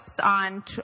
on